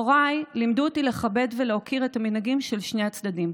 הוריי לימדו אותי לכבד ולהוקיר את המנהגים של שני הצדדים.